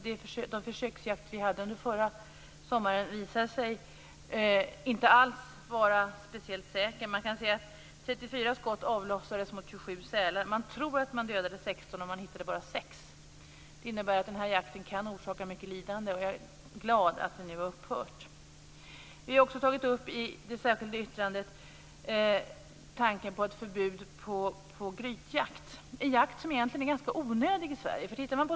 Den försöksjakt som genomfördes förra sommaren visade sig inte vara speciellt säker. 34 skott avlossades mot 27 sälar. Man tror att man dödade 16, men man hittade bara 6. Det innebär att den här jakten kan orsaka mycket lidande, så jag är glad att den nu har upphört. I det särskilda yttrandet har vi också tagit upp tanken på ett förbud mot grytjakt. Det är en jaktform som egentligen är ganska onödig i Sverige.